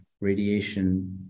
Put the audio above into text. radiation